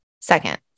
Second